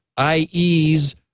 IE's